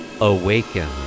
Awaken